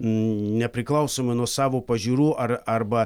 nepriklausomai nuo savo pažiūrų ar arba